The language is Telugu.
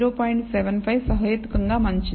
75 సహేతుకంగా మంచిది